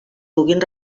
puguin